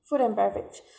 food and beverage